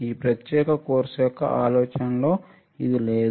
ఈ ప్రత్యేక కోర్సు యొక్క ఆలోచన లో ఇది లేదు